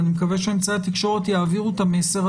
ואני מקווה שאמצעי התקשורת יעבירו את המסר,